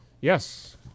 Yes